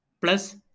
plus